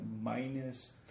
minus